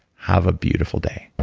have a beautiful day